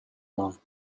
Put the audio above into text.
man